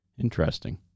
Interesting